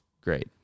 great